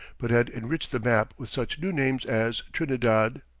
but had enriched the map with such new names as trinidad,